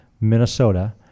Minnesota